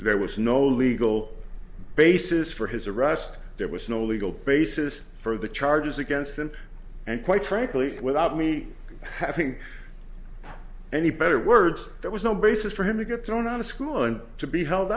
there was no legal basis for his arrest there was no legal basis for the charges against him and quite frankly without me having any better words there was no basis for him to get thrown out of school and to be held